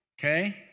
Okay